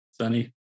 sunny